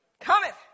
cometh